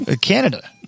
Canada